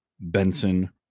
benson